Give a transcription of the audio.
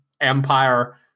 empire